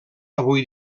avui